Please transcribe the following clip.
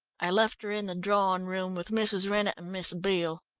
i left her in the drawing-room with mrs. rennett and miss beale.